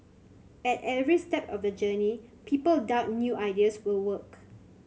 at every step of the journey people doubt new ideas will work